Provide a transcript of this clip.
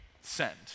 send